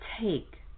take